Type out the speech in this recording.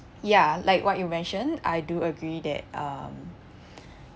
ya like what you mentioned I do agree that um